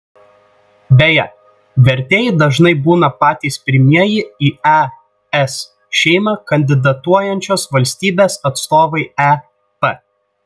beje vertėjai dažnai būna patys pirmieji į es šeimą kandidatuojančios valstybės atstovai ep